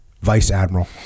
vice-admiral